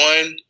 One